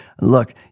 Look